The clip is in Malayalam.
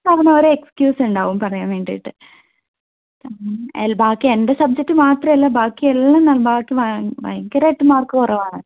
തവണ ഓരോ എക്സ്ക്യൂസ് ഉണ്ടാവും പറയാൻ വേണ്ടിയിട്ട് ബാക്കി എന്റെ സബ്ജക്ട് മാത്രമല്ല ബാക്കിയെല്ലം ഭയങ്കരമായിട്ട് മാർക്ക് കുറവാണ്